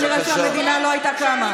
כי אחרת כנראה המדינה לא הייתה קמה.